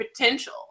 potential